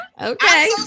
Okay